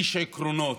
איש עקרונות,